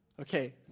Okay